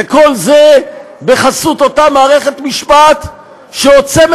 וכל זה בחסות אותה מערכת משפט שעוצמת